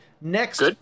next